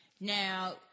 Now